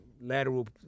lateral